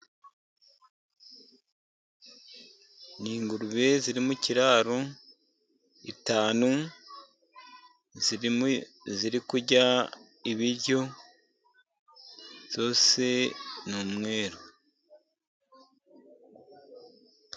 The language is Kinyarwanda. Ni ingurube ziri mu kiraro eshanu, zirimo iziri kurya ibiryo zose ni umweru.